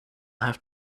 have